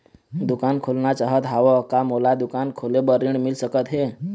दुकान खोलना चाहत हाव, का मोला दुकान खोले बर ऋण मिल सकत हे?